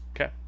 okay